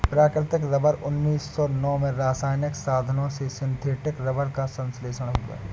प्राकृतिक रबर उन्नीस सौ नौ में रासायनिक साधनों से सिंथेटिक रबर का संश्लेषण हुआ